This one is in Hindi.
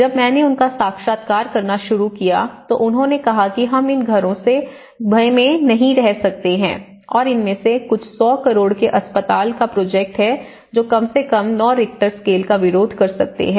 जो मैंने उनका साक्षात्कार करना शुरू किया तो उन्होंने कहा कि हम इन घरों में नहीं रह सकते हैं और इनमें से कुछ 100 करोड़ के अस्पताल का प्रोजेक्ट हैं जो कम से कम 9 रिक्टर स्केल का विरोध कर सकते हैं